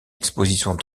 expositions